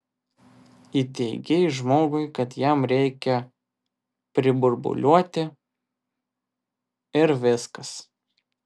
įteigei žmogui kad jam reikia priburbuliuoti ir viskas